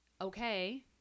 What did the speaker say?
okay